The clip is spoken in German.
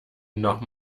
noch